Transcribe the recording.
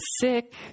sick